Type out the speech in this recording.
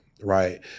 Right